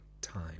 time